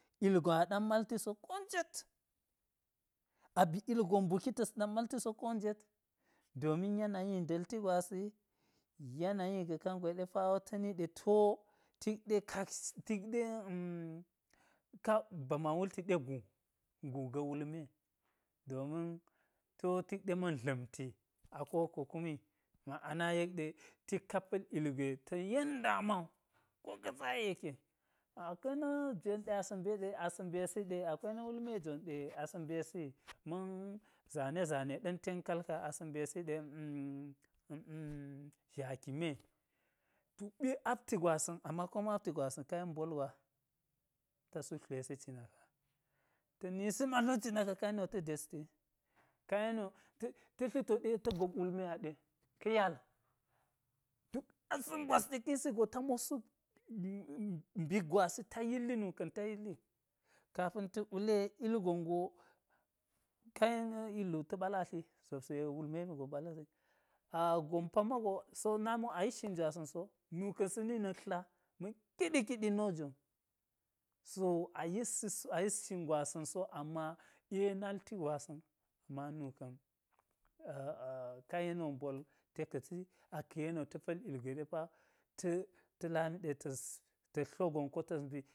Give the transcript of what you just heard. Ilgon a ɗam malti so ko njet, aba̱ ilgon mbuki ta̱s ɗam nja malti so ko njet. Domin yanayi nda̱lti gwasi yanayi ka̱ kangwe ta̱ ni ɗe paa we ti wo tik ɗe shaksh tik ɗe kap ba man wulti ɗe tik ɗe guu, guu ga̱ wulme domin ti wo tik ɗe ma̱n dla̱mti a ko wokko kumi. Maˈana wo yek ɗe tikka pa̱l ilgwe ta̱ yen dama wu ko ka̱ sa'i yeke. A kwai na̱ jon ɗe mbe ɗe, asa̱ mbesi ɗe a kwai na̱ jon asa̱ mbesi ma̱n zane zane ɗa̱n ten kaal ka asa̱ mbesi zhaki me, to ɓe apti gwasa̱n ama koma̱n apti gwasa̱n ama ka yen mbol gwa ta suk tlwesi cina ka. Ta̱ nisi ma tlot cina ka ka yeni wo ta̱ desti yi. Ka yeni wo ta̱ ta̱ tli toɗi ta̱ gop wulme aɗe ka̱ yal. Duk asa̱n gwas ɗe ka̱ yisi go ta̱ mot suk mbik gwasi ta yilli suk nuka̱n ta yilli. Kapa̱n ta̱k wule ilgon go ka yen illu ta̱ ɓal atli, zopsi wulme gon ɓal atli. A gom pamma go si wo na mi wo a yisi shin gwasa̱n so, nuka̱n sa̱ni na̱k tla ma̱n kiɗi kiɗi no jon. Si wo a yissi so, a yis shin gwasa̱n so ama e nalti gwasa̱n ama nuka̱n ka yeni wo mbol te ka̱ti. A ka̱ yeni wo ta̱ pa̱l ilgwe ɗe paa ta̱ ta̱ lami ɗe ta̱s ta̱s tlo gon ta̱ mbi